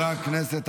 חברי הכנסת,